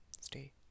stay